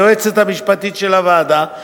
היועצת המשפטית של הוועדה,